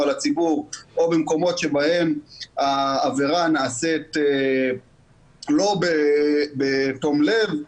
לציבור או במקומות בהם העבירה נעשית לא בתום לב.